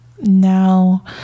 now